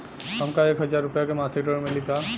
हमका एक हज़ार रूपया के मासिक ऋण मिली का?